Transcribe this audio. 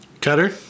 cutter